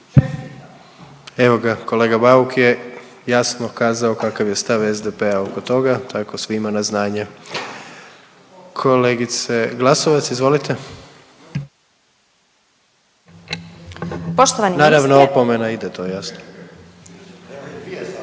Evoga kolega Bauk je jasno kazao kakav je stav SDP-a oko toga tako svima na znanje. Kolegice Glasovac izvolite. **Glasovac, Sabina (SDP)** Poštovani